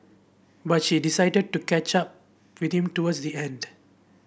but she decided to catch up with him towards the end